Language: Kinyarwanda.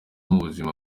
mubuzima